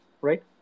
right